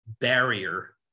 barrier